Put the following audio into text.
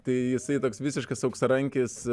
tai jisai toks visiškas auksarankis